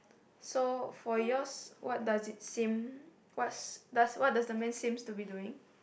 so for yours what does it seem what's does what does the man seems to be doing